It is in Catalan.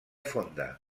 fonda